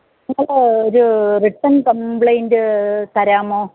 നിങ്ങൾ ഒരു written complaint തരാമോ